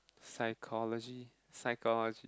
psychology psychology